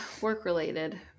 work-related